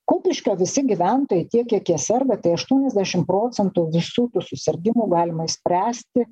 kupiškio visi gyventojai tiek kiek jie serga tai aštuoniasdešim procentų visų tų susirgimų galima išspręsti